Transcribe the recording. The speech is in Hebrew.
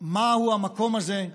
מהו המקום הזה,